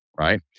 right